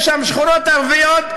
יש שם שכונות ערביות,